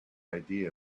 idea